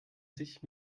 sich